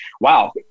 wow